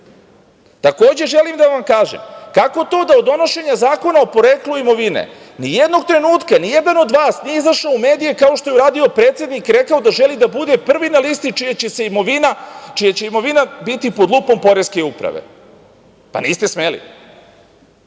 decu. Takođe želim da vam kažem, kako to da od donošenja Zakona o poreklu imovine nijednog trenutka nijedan od vas nije izašao u medije kao što je uradio predsednik i rekao da želi da bude prvi na listi čija će imovina biti pod lupom poreske uprave? Niste smeli.